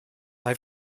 mae